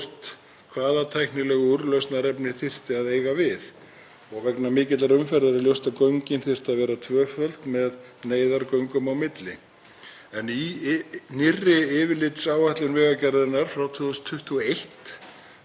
Í nýrri yfirlitsáætlun Vegagerðarinnar frá 2021 um 18 jarðgangakosti sem eru til athugunar er ekki gert ráð fyrir frekari athugunum vegna jarðganga undir Hellisheiði að sinni.